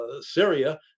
Syria